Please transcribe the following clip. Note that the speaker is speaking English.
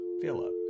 Philip